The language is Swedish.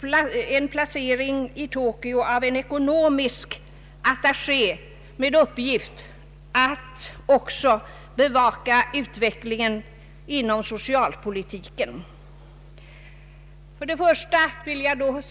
med placering i Tokyo, en ekonomisk attaché med uppgift att också bevaka utvecklingen inom social-japansk politik.